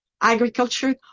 agriculture